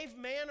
man